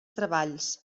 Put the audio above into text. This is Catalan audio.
treballs